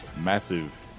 massive